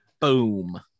Boom